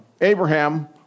Abraham